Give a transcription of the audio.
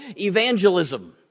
evangelism